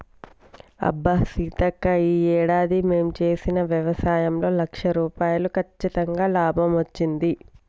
అబ్బా సీతక్క ఈ ఏడాది మేము చేసిన వ్యవసాయంలో లక్ష రూపాయలు కచ్చితంగా లాభం వచ్చింది